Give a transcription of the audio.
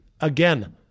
Again